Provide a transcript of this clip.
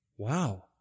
Wow